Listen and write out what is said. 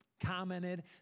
commented